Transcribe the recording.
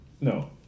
No